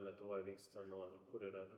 lietuvoj vyksta nu va kur yra